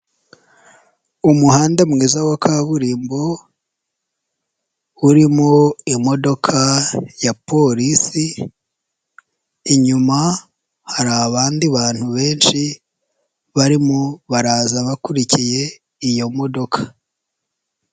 Umuhanda mwiza wa kaburimbo urimo imodoka ya polisi, inyuma hari abandi bantu benshi barimo baraza bakurikiye iyo modoka.